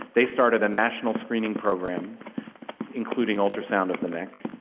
they started a national screening program including ultrasound of the neck.